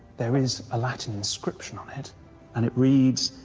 there is a latin inscription on it and it reads,